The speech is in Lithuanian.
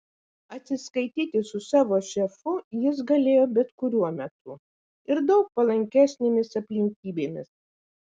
atsiskaityti su savo šefu jis galėjo bet kuriuo metu ir daug palankesnėmis aplinkybėmis